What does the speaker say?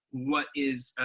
what is,